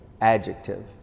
adjective